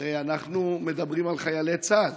הרי אנחנו מדברים על חיילי צה"ל.